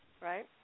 right